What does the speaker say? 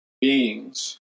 beings